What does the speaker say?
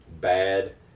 bad